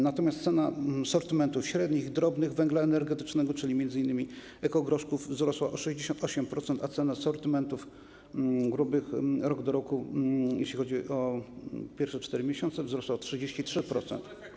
Natomiast cena sortymentów średnich, drobnych węgla energetycznego, czyli m.in. ekogroszku, wzrosła o 68%, a cena sortymentów grubych rok do roku, jeśli chodzi o pierwsze 4 miesiące, wzrosła o 33%.